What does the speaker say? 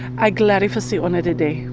i gladdy fa-see onna daday,